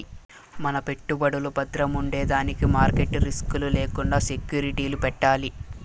మన పెట్టుబడులు బద్రముండేదానికి మార్కెట్ రిస్క్ లు లేకండా సెక్యూరిటీలు పెట్టాలి